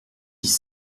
dix